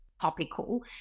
topical